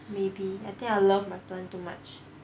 maybe I think I love my plant too much